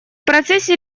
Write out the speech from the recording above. процессе